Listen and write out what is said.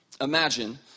imagine